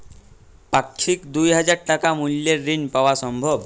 পাক্ষিক দুই হাজার টাকা মূল্যের ঋণ পাওয়া সম্ভব?